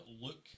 look